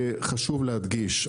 חשוב להדגיש,